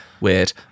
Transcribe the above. Weird